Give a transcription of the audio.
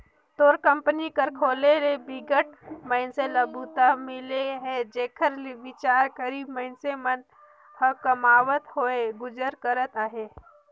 तोर कंपनी कर खोले ले बिकट मइनसे ल बूता मिले हे जेखर ले बिचार गरीब मइनसे मन ह कमावत होय गुजर करत अहे